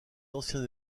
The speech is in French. ancien